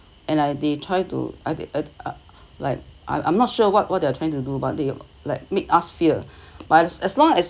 and I they try to I like I'm I'm not sure what what they are trying to do but they like make us fear but it's as long as